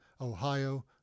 Ohio